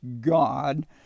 God